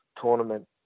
tournament